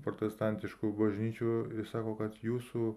protestantiškų bažnyčių ir sako kad jūsų